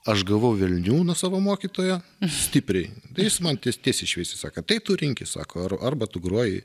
aš gavau velnių nuo savo mokytojo stipriai jis man tiesiai šviesiai sako tai tu rinkis sako arba tu groji